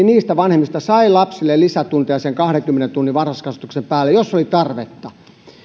niistä vanhemmista sai lapsille lisätunteja sen kahdenkymmenen tunnin varhaiskasvatuksen päälle jos oli tarvetta